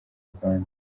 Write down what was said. rwanda